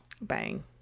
Bang